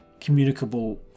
communicable